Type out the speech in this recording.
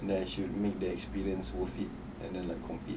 and I should make the experience worth it and then like complete